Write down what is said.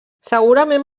segurament